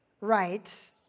right